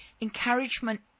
encouragement